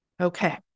Okay